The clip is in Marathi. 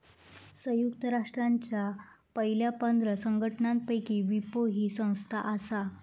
संयुक्त राष्ट्रांच्या पयल्या पंधरा संघटनांपैकी विपो ही संस्था आसा